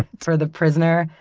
for the prisoner,